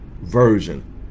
version